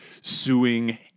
suing